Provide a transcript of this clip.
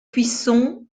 cuisson